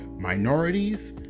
minorities